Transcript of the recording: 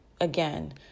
again